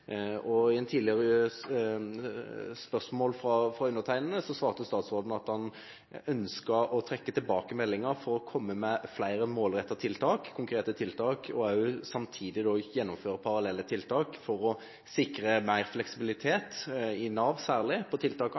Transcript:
Brofoss-utvalget. På et tidligere spørsmål fra undertegnede svarte statsråden at han ønsket å trekke tilbake meldinga for å komme med flere målrettede, konkrete tiltak og samtidig gjennomføre parallelle tiltak for å sikre mer fleksibilitet, i Nav særlig, på tiltakene,